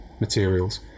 materials